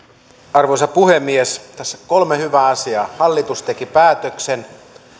arvoisa puhemies tässä on kolme hyvää asiaa hallitus teki päätöksen